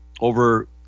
over